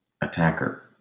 attacker